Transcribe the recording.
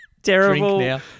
Terrible